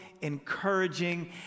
encouraging